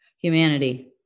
humanity